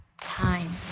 Time